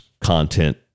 content